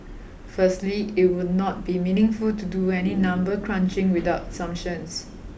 firstly it would not be meaningful to do any number crunching without assumptions